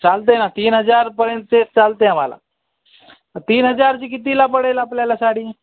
चालते आहे ना तीन हजारपर्यंत ते चालते आम्हाला तीन हजारची कितीला पडेल आपल्याला साडी